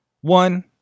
one